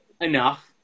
enough